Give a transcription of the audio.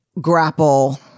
grapple